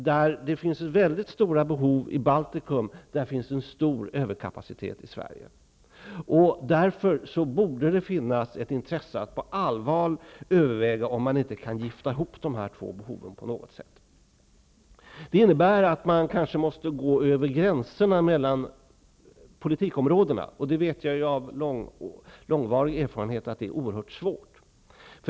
Det finns mycket stora behov i Baltikum samtidigt som det finns en stor överkapacitet i Sverige. Det borde därför finnas ett intresse att på allvar överväga om man inte kan gifta ihop de här behoven på något sätt. Det innebär kanske att man måste gå över gränserna mellan politikområdena. Av långvarig erfarenhet vet jag att det är oerhört svårt.